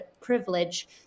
privilege